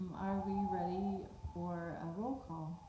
are we ready for a roll call?